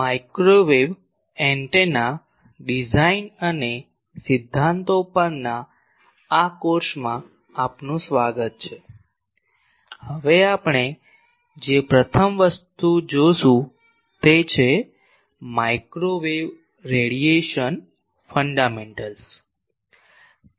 microwave antenna design અને સિદ્ધાંતો પરના આ કોર્સમાં આપનું સ્વાગત છે હવે આપણે જે પ્રથમ વસ્તુ જોશું તે છે માઇક્રોવેવ રેડિયેશન ફંડામેન્ટલ્સ